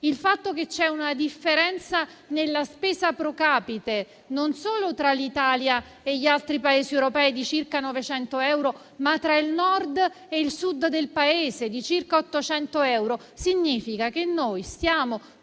il fatto che c'è una differenza nella spesa *pro capite* non solo tra l'Italia e gli altri Paesi europei di circa 900 euro, ma tra il Nord e il Sud del Paese di circa 800 euro. Ciò significa che noi stiamo